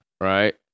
right